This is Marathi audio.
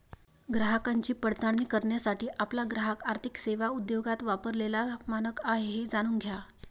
ग्राहकांची पडताळणी करण्यासाठी आपला ग्राहक आर्थिक सेवा उद्योगात वापरलेला मानक आहे हे जाणून घ्या